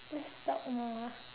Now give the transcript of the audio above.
please stop a moment